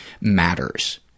matters